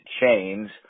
chains –